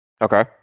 Okay